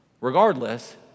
Regardless